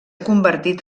convertit